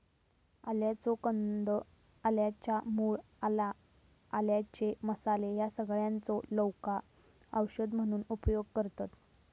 आल्याचो कंद, आल्याच्या मूळ, आला, आल्याचे मसाले ह्या सगळ्यांचो लोका औषध म्हणून उपयोग करतत